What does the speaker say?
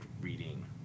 reading